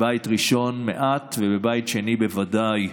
בבית ראשון מעט ובבית שני בוודאי.